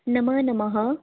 नमो नमः